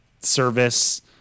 service